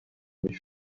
mich